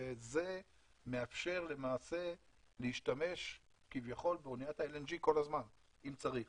וזה מאפשר למעשה להשתמש כביכול באניית ה-LNG כל הזמן אם צריך,